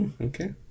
Okay